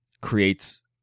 creates